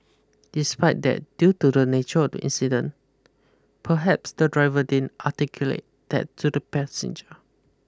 despite that due to the nature of the incident perhaps the driver didn't articulate that to the passenger